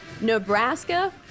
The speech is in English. Nebraska